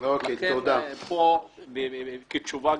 כי אני תשע שעות הייתי בתוך סאונה של גז.